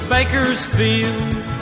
Bakersfield